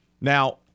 Now